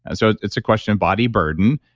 and so it's a question of body burden,